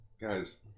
Guys